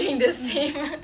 mm